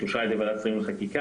שאושרה על ידי ועדת שרים לחקיקה.